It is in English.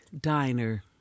Diner